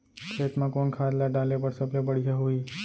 खेत म कोन खाद ला डाले बर सबले बढ़िया होही?